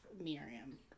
Miriam